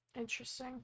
Interesting